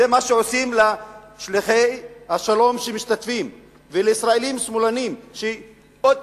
זה מה שעושים לשליחי השלום שמשתתפים ולישראלים שמאלנים שעוד